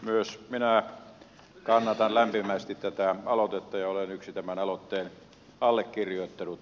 myös minä kannatan lämpimästi tätä aloitetta ja olen yksi tämän aloitteen allekirjoittanut